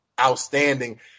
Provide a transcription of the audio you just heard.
outstanding